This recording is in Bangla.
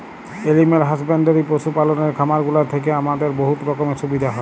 এলিম্যাল হাসব্যাল্ডরি পশু পাললের খামারগুলা থ্যাইকে আমাদের বহুত রকমের সুবিধা হ্যয়